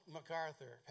MacArthur